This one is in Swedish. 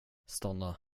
stanna